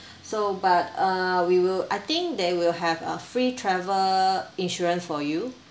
so but uh we will I think they will have a free travel insurance for you